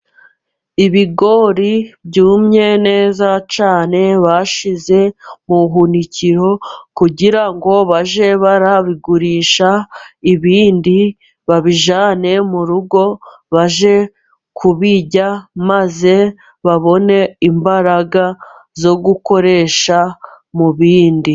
Ibigori byumye neza cyane, bashyize mu buhunikiro, kugira ngo bajye barabigurisha, ibindi babijyane mu rugo, bajye kubirya maze babone imbaraga zo gukoresha mu bindi.